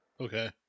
Okay